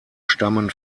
stammen